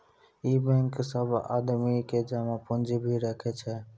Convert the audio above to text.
इ बेंक सब आदमी के जमा पुन्जी भी राखै छै